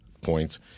points